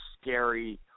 scary